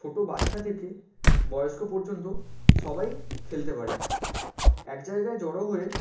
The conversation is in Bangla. ছোটো বাচ্চা থেকে বয়স্ক পর্যন্ত সবাই খেলতে পারে এক জায়গায় জড়ো হয়ে